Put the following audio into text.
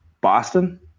Boston